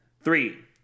Three